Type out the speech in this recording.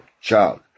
child